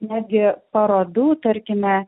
netgi parodų tarkime